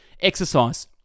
Exercise